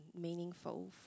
meaningful